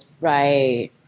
Right